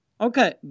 Okay